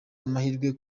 amahirwe